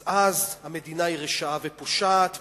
אז המדינה היא רשעה ופושעת,